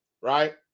right